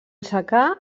secà